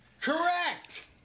Correct